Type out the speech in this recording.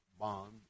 bond